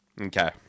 Okay